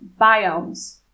biomes